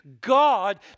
God